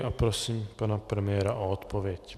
A prosím pana premiéra o odpověď.